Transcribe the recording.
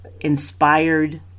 inspired